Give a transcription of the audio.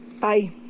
Bye